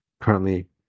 currently